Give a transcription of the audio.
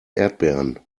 erdbeeren